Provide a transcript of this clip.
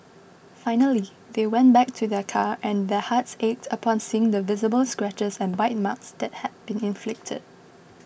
finally they went back to their car and their hearts ached upon seeing the visible scratches and bite marks that had been inflicted